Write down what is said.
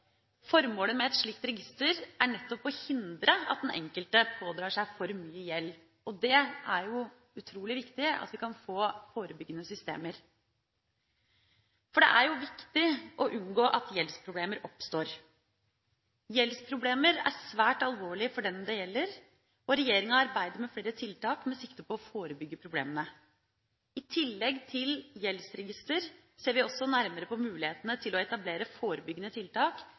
Formålet med et slikt register er nettopp å hindre at den enkelte pådrar seg for mye gjeld. Det er utrolig viktig at vi kan få forebyggende systemer. Det er viktig å unngå at gjeldsproblemer oppstår. Gjeldsproblemer er svært alvorlig for den det gjelder, og regjeringa arbeider med flere tiltak med sikte på å forebygge problemene. I tillegg til gjeldsregister ser vi også nærmere på mulighetene til å etablere forebyggende tiltak,